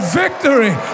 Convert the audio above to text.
victory